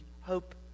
hope